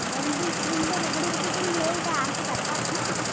ᱢᱮᱱᱮᱫᱟᱹᱧ ᱤᱧ ᱫᱚ ᱨᱩᱜᱽᱲᱩ ᱜᱷᱩᱴᱩ ᱠᱷᱚᱡ ᱤᱧ ᱞᱟᱹᱭᱮᱫᱟ ᱟᱢ ᱠᱤ ᱰᱟᱠᱛᱟᱨ ᱠᱟᱱᱟᱢ